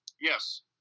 Yes